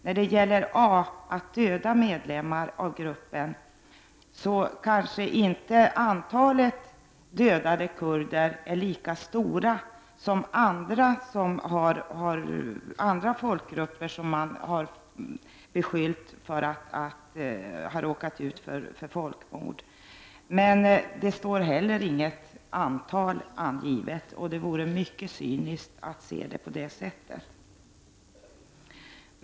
När det gäller definitionen under a) ”att döda medlemmar av gruppen” är antalet dödade kurder kanske inte lika stort som i fall där andra folkgrupper uppgivits ha drabbats av folkmord, men det anges inte heller att det skall vara fråga om något visst antal, och det vore mycket cyniskt att se det på det sättet.